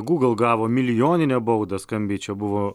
google gavo milijoninę baudą skambiai čia buvo